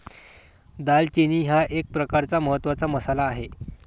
दालचिनी हा एक प्रकारचा महत्त्वाचा मसाला आहे